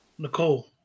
Nicole